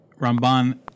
Ramban